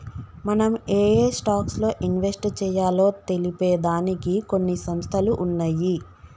మనం ఏయే స్టాక్స్ లో ఇన్వెస్ట్ చెయ్యాలో తెలిపే దానికి కొన్ని సంస్థలు ఉన్నయ్యి